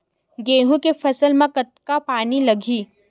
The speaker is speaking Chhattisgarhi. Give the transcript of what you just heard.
गेहूं के फसल म कतका पानी लगही?